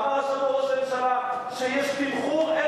אמר ראש הממשלה שיש תמחור,